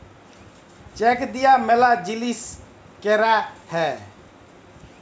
check দিয়া ম্যালা জিলিস ক্যরা হ্যয়ে